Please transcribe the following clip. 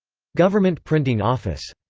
government printing office